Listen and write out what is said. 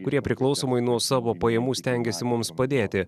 kurie priklausomai nuo savo pajamų stengiasi mums padėti